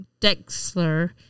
Dexler